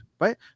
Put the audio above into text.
Right